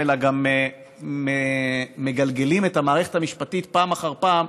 אלא גם שמגלגלים את המערכת המשפטית פעם אחר פעם